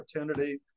opportunity